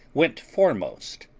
went foremost,